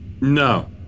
No